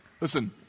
Listen